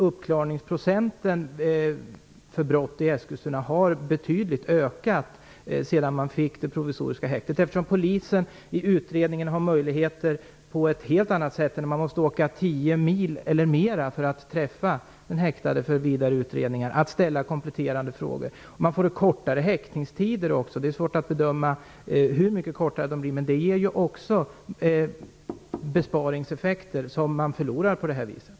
Uppklaringsprocenten för brott i Eskilstuna har ökat betydligt sedan man fick det provisoriska häktet, eftersom polisen vid utredning har bättre möjligheter än om man måste åka tio mil eller mer för att träffa den häktade för vidare utredning eller för att ställa kompletterande frågor. Häktningstiderna blir också kortare. Det är svårt att bedöma hur mycket kortare de blir. Men det innebär också besparingseffekter, som man förlorar vid en nedläggning.